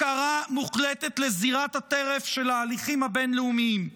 הפקרה מוחלטת לזירת הטרף של ההליכים הבין-לאומיים.